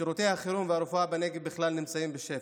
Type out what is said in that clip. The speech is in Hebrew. שירותי החירום והרופאה בנגב בכלל נמצאים בשפל,